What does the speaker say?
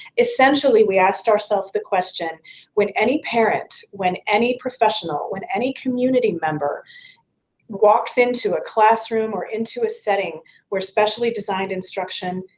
essentially, we asked ourselves the question when any parent, when any professional, when any community member walks into classroom or into a setting where specially designed instruction,